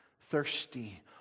thirsty